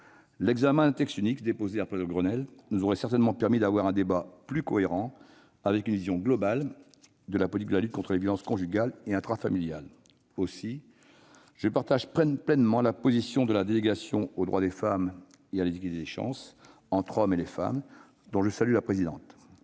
L'examen d'un texte unique déposé après le Grenelle nous aurait certainement permis d'avoir un débat plus cohérent avec une vision globale de la politique de lutte contre les violences conjugales et intrafamiliales. Aussi, je partage pleinement la position de la délégation aux droits des femmes et à l'égalité des chances entre les hommes et les femmes, dont je salue la présidente,